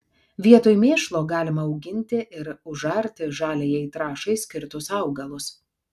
vietoj mėšlo galima auginti ir užarti žaliajai trąšai skirtus augalus